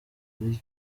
ari